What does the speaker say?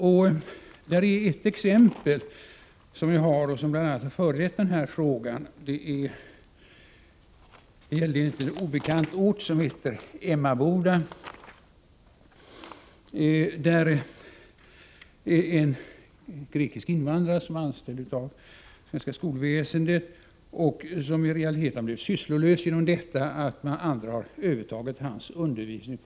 Jag kan anföra ett exempel på vad som kan bli följden av detta. Exemplet är hämtat från en icke obekant ort, nämligen Emmaboda. Det som hänt i Emmaboda utgör bakgrunden till min fråga. En grekisk invandrare där, anställd inom den svenska skolan, har i realiteten blivit sysslolös sedan andra på fritiden tagit över undervisningen.